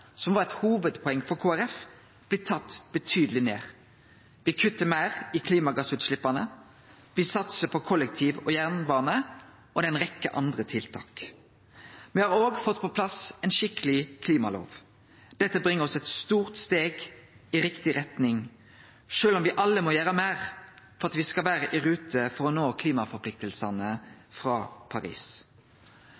som var eit hovudpoeng for Kristeleg Folkeparti, bli tatt betydeleg ned. Me kuttar meir i klimagassutsleppa, me satsar på kollektiv og jernbane – og det er ei rekkje andre tiltak. Me har òg fått på plass ei skikkeleg klimalov. Dette bringar oss eit stort steg i riktig retning, sjølv om me alle må gjere meir for at me skal vere i rute til å nå